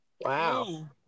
wow